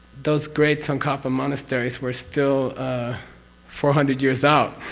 those great tsongkhapa monasteries were still four hundred years out,